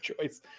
choice